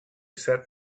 said